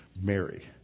Mary